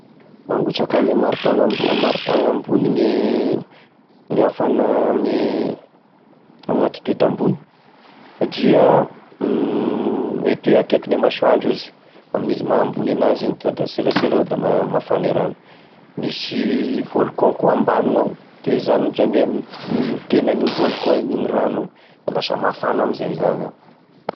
Mangotraka ame maripana ambony, maripana ambony gne gny afana ame altitude ambony, satria mety hoe akekigne masoandro izy, aminizy maha ambony anazy igny tonga da tselatsela vao da mafana e rano, misy volcan koa ambany gnao, de io izany otrany e tenan'igny volcan iny, iny rano iny da lasa mafana amijay izy avy eo.